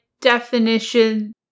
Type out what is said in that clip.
definition